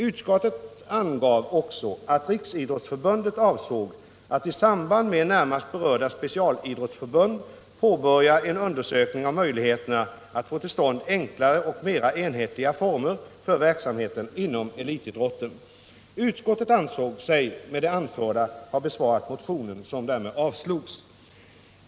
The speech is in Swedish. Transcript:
Utskottet angav också att Riksidrottsförbundet avsåg att i samråd med närmast berörda specialidrottsförbund påbörja en undersökning av möjligheterna att få till stånd enklare och mera enhetliga former för verksamheten inom elitidrotten. Utskottet ansåg sig med det anförda ha besvarat motionen, som därmed avslogs.